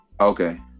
Okay